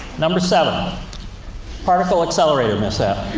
number seven particle accelerator mishap.